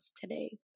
today